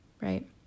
right